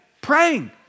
praying